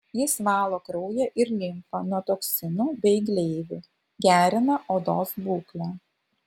jis valo kraują ir limfą nuo toksinų bei gleivių gerina odos būklę